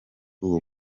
uwo